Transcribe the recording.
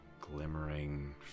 glimmering